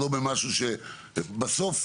בסוף,